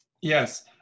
Yes